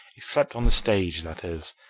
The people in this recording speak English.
except on the stage, that is.